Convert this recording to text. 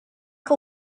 que